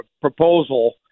proposal